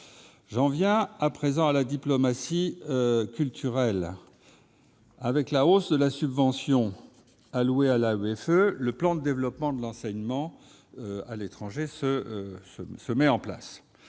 J'en viens à présent à la diplomatie culturelle. Avec la hausse de la subvention allouée à l'AEFE, le plan de développement de l'enseignement français à l'étranger